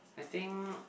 I think